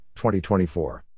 2024